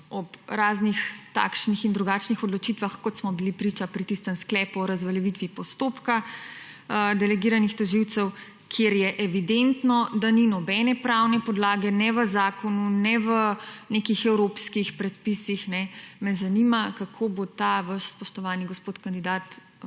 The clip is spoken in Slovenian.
ob raznih takšnih in drugačnih odločitvah kot smo bili priča pri tistem sklepu o razveljavitvi postopka delegiranih tožilcev kjer je evidentno, da ni nobene pravne podlage ne v zakonu ne v nekih evropskih predpisih, me zanima kako bo ta vas spoštovani gospod kandidat